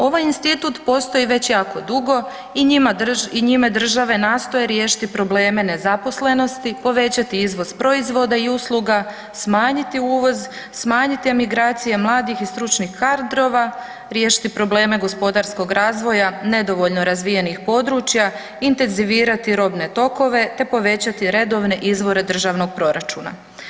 Ovaj institut postoji već jako dugo i njime države nastoje riješiti probleme nezaposlenosti, povećati izvoz proizvoda i usluga, smanjiti uvoz, smanjiti emigracije mladih i stručnih kadrova, riješiti probleme gospodarskog razvoja nedovoljno razvijenih područja, intenzivirati robne tokove te povećati redovne izvore državnog proračuna.